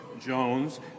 Jones